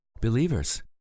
Believers